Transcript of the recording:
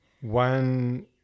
One